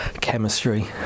Chemistry